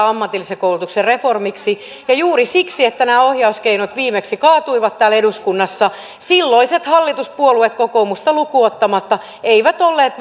ammatillisen koulutuksen reformiksi ja juuri siksi nämä ohjauskeinot viimeksi kaatuivat täällä eduskunnassa silloiset hallituspuolueet kokoomusta lukuun ottamatta eivät olleet